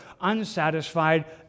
unsatisfied